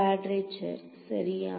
quadrature சரியா